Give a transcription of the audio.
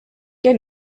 què